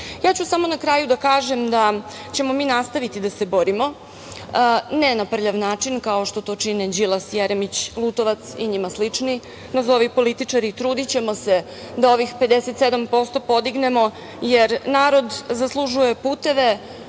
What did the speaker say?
ću samo na kraju da kažem da ćemo mi nastaviti da se borimo, ne na prljav način, kao što to čine Đilas, Jeremić, Lutovac i njima slični nazovi političari, i trudićemo se da ovih 57% podignemo, jer narod zaslužuje puteve,